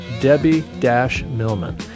Debbie-Millman